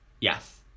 Yes